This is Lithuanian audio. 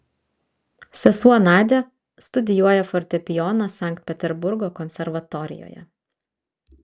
sesuo nadia studijuoja fortepijoną sankt peterburgo konservatorijoje